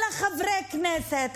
אלא חברי כנסת.